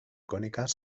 cónicas